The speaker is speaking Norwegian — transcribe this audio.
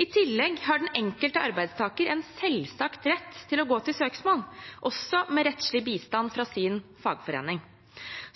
I tillegg har den enkelte arbeidstaker en selvsagt rett til å gå til søksmål, også med rettslig bistand fra sin fagforening.